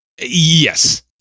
Yes